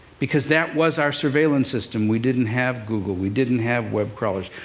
because that was our surveillance system. we didn't have google, we didn't have web crawlers,